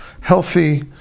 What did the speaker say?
healthy